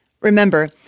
Remember